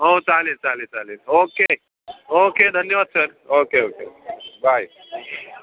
हो चालेल चालेल चालेल ओके ओके धन्यवाद सर ओके ओके बाय